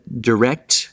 direct